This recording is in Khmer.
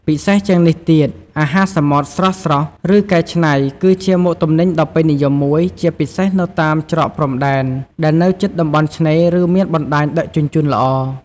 ពិសេសជាងនេះទៀត អាហារសមុទ្រ ស្រស់ៗ ឬកែច្នៃ គឺជាមុខទំនិញដ៏ពេញនិយមមួយ ជាពិសេសនៅតាមច្រកព្រំដែនដែលនៅជិតតំបន់ឆ្នេរ ឬមានបណ្តាញដឹកជញ្ជូនល្អ។